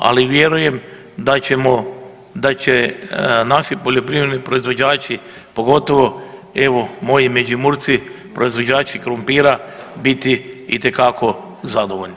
Ali vjerujem da će naši poljoprivredni proizvođači pogotovo evo moji Međimurci proizvođači krumpira biti itekako zadovoljni.